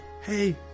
Hey